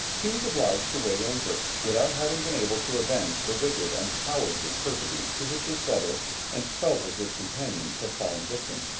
he was obliged to weigh anchor without having been able to avenge the wicked and cowardly perfidy to which his brother and twelve of his companions had fallen victims.